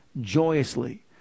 joyously